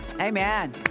Amen